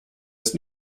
ist